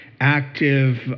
active